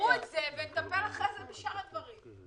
שיפתרו את זה ונטפל אחרי זה בשאר הדברים.